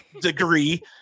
degree